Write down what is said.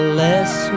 less